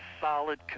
solid